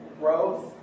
growth